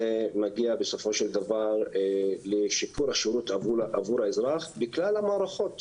זה מגיע בסוף לשיפור השירות עבור האזרח בכלל המערכות,